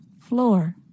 floor